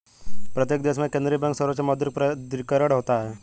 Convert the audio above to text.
प्रत्येक देश में केंद्रीय बैंक सर्वोच्च मौद्रिक प्राधिकरण होता है